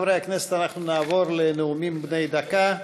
חברי הכנסת, אנחנו נעבור לנאומים בני דקה.